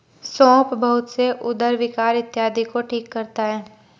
सौंफ बहुत से उदर विकार इत्यादि को ठीक करता है